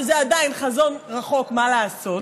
שזה עדיין חזון רחוק מה לעשות,